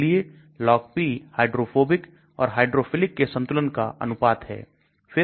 इसलिए Log P hydrophobic और hydrophilic के संतुलन का अनुपात है